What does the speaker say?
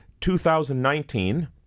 2019